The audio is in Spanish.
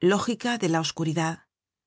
lógica de la oscuridad